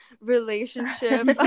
relationship